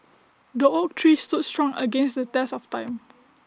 the oak tree stood strong against the test of time